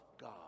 god